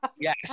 Yes